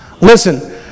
Listen